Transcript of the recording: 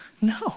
No